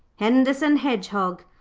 henderson hedgehog,